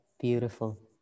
beautiful